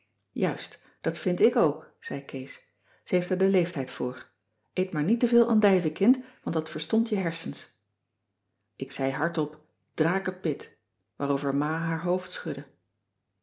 juist dat vind ik ook zei kees ze heeft er den leertijd voor eet maar niet te veel andijvie kind want dat verstompt je hersens ik zei hardop drakepit waarover ma haar hoofd schudde